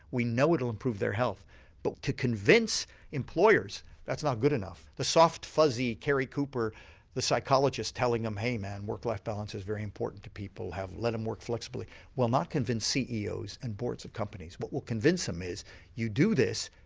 we know it'll improve their health but to convince employers that's not good enough. the soft fuzzy cary cooper the psychologist telling them hey man, work life balance is very important to people, let them work flexibly will not convince ceo's and boards of companies. what will convince them is you do this,